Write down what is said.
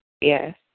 Yes